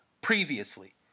previously